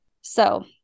So-